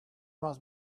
must